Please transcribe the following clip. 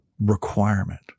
requirement